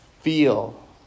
feel